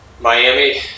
Miami